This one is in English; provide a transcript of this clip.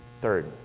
Third